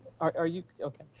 are are you okay,